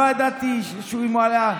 לא ידעתי אם הוא עלה.